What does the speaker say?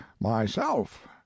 myself